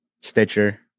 Stitcher